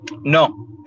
No